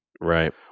Right